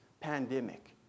pandemic